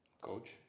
Coach